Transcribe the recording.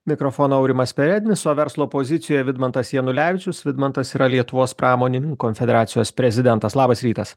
mikrofono aurimas perednis o verslo pozicijoj vidmantas janulevičius vidmantas yra lietuvos pramonininkų federacijos prezidentas labas rytas